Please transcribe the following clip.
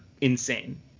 insane